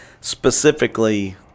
specifically